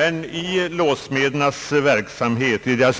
I låssmedernas